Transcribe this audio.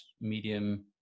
medium